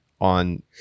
on